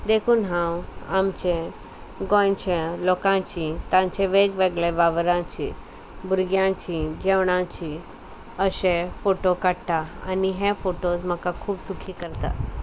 देखून हांव आमचे गोंयच्या लोकांची तांचे वेगवेगळे वावरांची भुरग्यांची जेवणाची अशें फोटो काडटा आनी हे फोटो म्हाका खूब सुखी करता